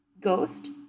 ghost